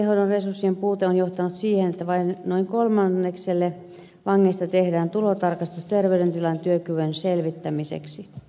vankeinhoidon resurssien puute on johtanut siihen että vain noin kolmannekselle vangeista tehdään tulotarkastus terveydentilan ja työkyvyn selvittämiseksi